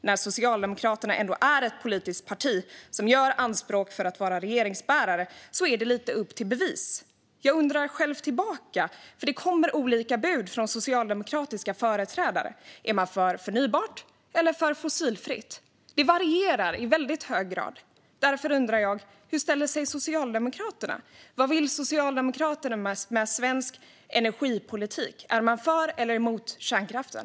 När Socialdemokraterna ändå är ett politiskt parti som gör anspråk på att vara regeringsbärare är det lite upp till bevis. Jag undrar, för det kommer olika bud från socialdemokratiska företrädare, om man är för förnybart eller för fossilfritt. Det varierar i väldigt hög grad. Därför undrar jag: Hur ställer sig Socialdemokraterna? Vad vill Socialdemokraterna med svensk energipolitik? Är ni för eller emot kärnkraften?